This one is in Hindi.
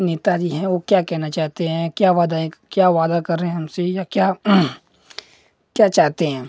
नेता जी हैं वो क्या कहना चाहते हैं क्या वादाएँ क्या वादा कर रहे हैं हमसे या क्या क्या चाहते हैं